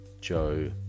Joe